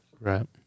Right